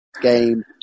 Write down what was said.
game